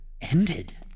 ended